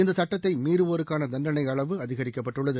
இந்த சட்டத்தை மீறுவோருக்கான தண்டனை அளவு அதிகரிக்கப்பட்டுள்ளது